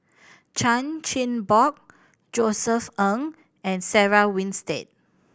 Chan Chin Bock Josef Ng and Sarah Winstedt